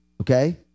Okay